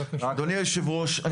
אדוני היושב-ראש,